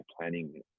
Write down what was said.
planning